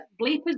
bleepers